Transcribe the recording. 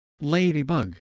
Ladybug